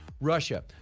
Russia